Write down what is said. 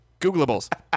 Googleables